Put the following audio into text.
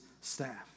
staff